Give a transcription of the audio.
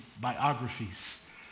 biographies